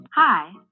Hi